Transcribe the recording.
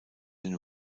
den